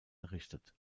errichtet